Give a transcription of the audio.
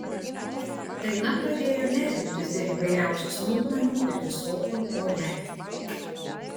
daina pradėjo nervintis dėl įvairiausių smulkmenų ir visokių o jei